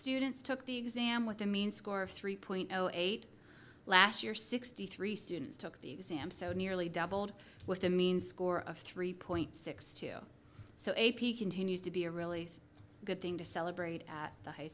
students took the exam with the mean score of three point zero eight last year sixty three students took the exam so nearly doubled with the mean score of three point six two so a p continues to be a really good thing to celebrate at the high